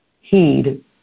heed